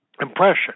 impression